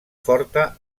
forta